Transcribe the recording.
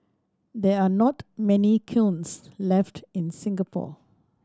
there are not many kilns left in Singapore